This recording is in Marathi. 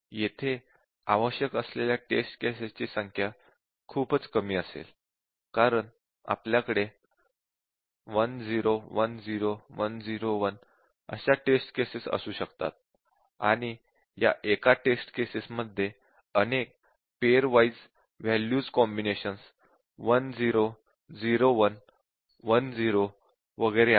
येथे आवश्यक असलेल्या टेस्ट केसेस ची संख्या खूपच कमी असेल कारण आपल्याकडे 1 0 1 0 1 0 1 अशा टेस्ट केसेस असू शकतात आणि या एका टेस्ट केस मध्ये अनेक पेअर वाइज़ वॅल्यूज कॉम्बिनेशन्स 1 0 0 1 1 0 वगैरे आहेत